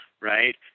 right